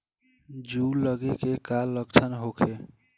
जूं लगे के का लक्षण का होखे?